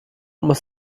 muss